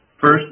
First